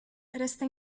resta